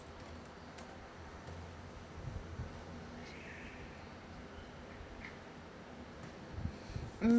mm